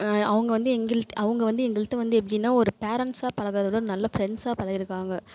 அவங்க வந்து எங்கள்கிட்ட அவங்க வந்து எங்கள்கிட்ட வந்து எப்படின்னா ஒரு பேரன்ட்ஸாக பழகுறதை விட நல்ல ஃப்ரெண்ட்ஸாக பழகிருக்காங்க